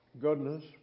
goodness